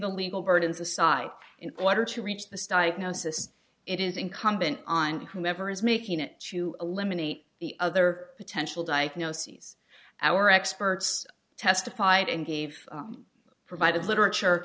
the legal burdens aside in order to reach this diagnosis it is incumbent on whoever is making it to eliminate the other potential diagnoses our experts testified and gave provided literature